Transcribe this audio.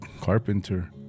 carpenter